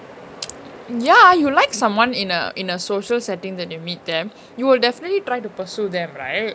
ya you like someone in a in a social setting that you meet them you will definitely try to pursue them right